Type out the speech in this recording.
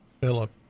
Philip